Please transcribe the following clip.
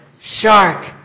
shark